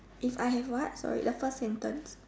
if I have what sorry the first sentence